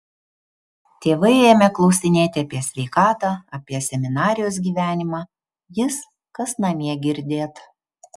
tėvai ėmė klausinėti apie sveikatą apie seminarijos gyvenimą jis kas namie girdėt